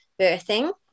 birthing